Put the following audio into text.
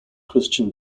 christian